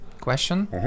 question